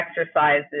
exercises